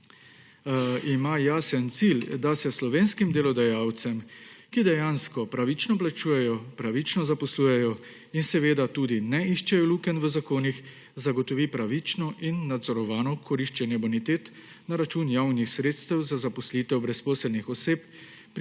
tudi jasen cilj, da se slovenskim delodajalcem, ki dejansko pravično plačujejo, pravično zaposlujejo in tudi ne iščejo lukenj v zakonih, zagotovi pravično in nadzorovano koriščenje bonitet na račun javnih sredstev za zaposlitev brezposelnih oseb,